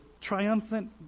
triumphant